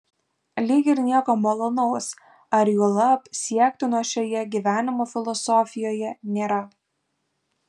lyg ir nieko malonaus ar juolab siektino šioje gyvenimo filosofijoje nėra